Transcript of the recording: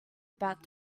about